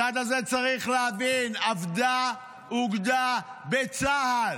הצד הזה צריך להבין: אבדה אוגדה בצה"ל.